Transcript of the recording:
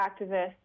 activists